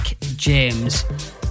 James